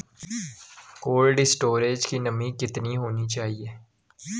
Cold storage की नमी कितनी होनी चाहिए?